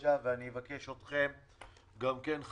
בבקשה ואני אבקש אתכם, חבריי,